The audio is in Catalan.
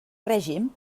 règim